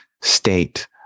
state